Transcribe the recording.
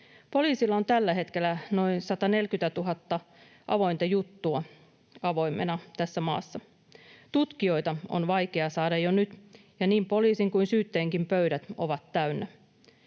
Poliisilla on tällä hetkellä noin 140 000 juttua avoimena tässä maassa. Tutkijoita on vaikea saada jo nyt, ja niin poliisin kuin syyttäjänkin pöydät ovat täynnä.